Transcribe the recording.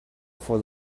for